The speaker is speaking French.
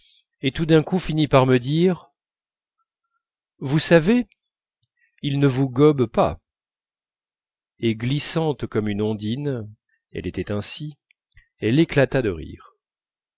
et tout d'un coup finit par me dire vous savez ils ne vous gobent pas et glissante comme une ondine elle était ainsi elle éclata de rire